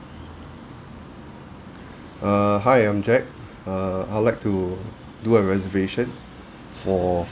err hi I'm jack err I'd like to do a reservation for